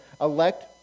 elect